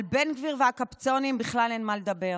ועל בן גביר והקפצונים בכלל אין מה לדבר,